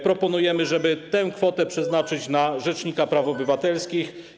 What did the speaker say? Proponujemy, żeby tę kwotę przeznaczyć na rzecznika praw obywatelskich.